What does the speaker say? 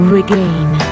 Regain